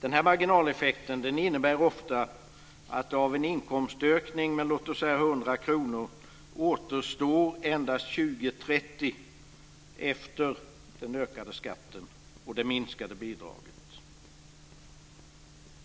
Denna marginaleffekt innebär ofta att av en inkomstökning med låt oss säga 100 kr återstår endast 20-30 kr efter den ökade skatten och det minskade bidraget.